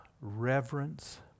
reverence